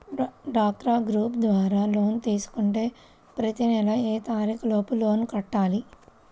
డ్వాక్రా గ్రూప్ ద్వారా లోన్ తీసుకుంటే ప్రతి నెల ఏ తారీకు లోపు లోన్ కట్టాలి?